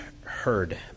heard